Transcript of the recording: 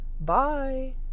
Bye